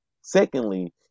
Secondly